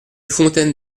fontaine